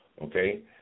okay